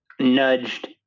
nudged